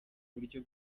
buryo